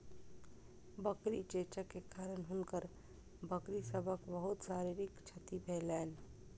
बकरी चेचक के कारण हुनकर बकरी सभक बहुत शारीरिक क्षति भेलैन